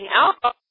alcohol